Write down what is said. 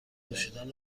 نوشیدن